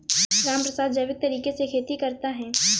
रामप्रसाद जैविक तरीके से खेती करता है